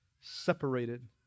separated